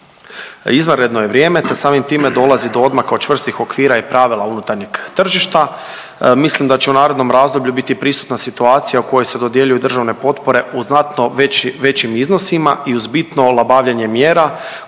Izvanredno je vrijeme te samim time dolazi do odmaka od čvrstih okvira i pravila unutarnjeg tržišta. Mislim da će u narednom razdoblju biti prisutna situacija u kojoj se dodjeljuju državne potpore u znatno većim iznosima i uz bitno olabavljenje mjera kod ispunjavanja